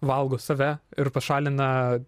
valgo save ir pašalina